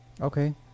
Okay